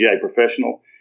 professional